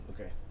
Okay